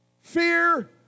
fear